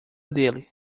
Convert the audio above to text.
dele